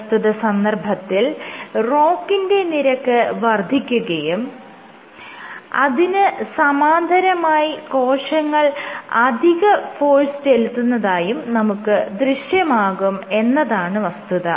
പ്രസ്തുത സന്ദർഭത്തിൽ ROCK ന്റെ നിരക്ക് വർദ്ധിക്കുകയും അതിന് സമാന്തരമായി കോശങ്ങൾ അധിക ഫോഴ്സ് ചെലുത്തുന്നതായും നമുക്ക് ദൃശ്യമാകും എന്നതാണ് വസ്തുത